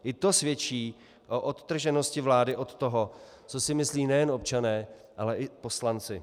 I to svědčí o odtrženosti vlády od toho, co si myslí nejen občané, ale i poslanci.